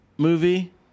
Movie